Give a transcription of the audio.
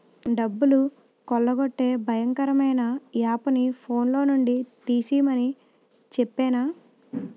డబ్బులు కొల్లగొట్టే భయంకరమైన యాపుని ఫోన్లో నుండి తీసిమని చెప్పేనా